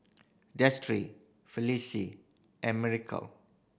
Destry Felice and Miracle